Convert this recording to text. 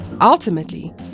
ultimately